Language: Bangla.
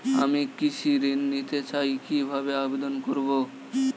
আমি কৃষি ঋণ নিতে চাই কি ভাবে আবেদন করব?